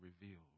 revealed